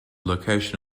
location